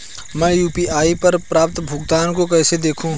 मैं यू.पी.आई पर प्राप्त भुगतान को कैसे देखूं?